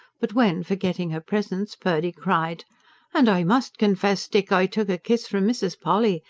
but when, forgetting her presence, purdy cried and i must confess, dick. i took a kiss from mrs. polly.